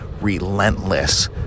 relentless